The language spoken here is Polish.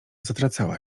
zatracała